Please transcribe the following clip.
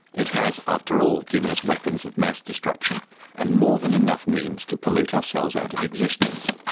it has after all given us weapons of mass destruction and more than enough means to pollute ourselves out of existence.